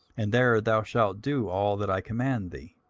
and there thou shalt do all that i command thee.